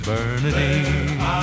Bernadine